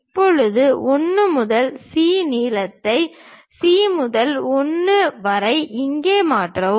இப்போது 1 முதல் C நீளத்தை C முதல் 1 வரை இங்கே மாற்றவும்